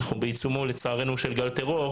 לצערנו אנחנו בעיצומו של גל טרור,